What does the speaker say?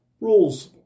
rules